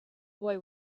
boy